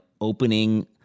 opening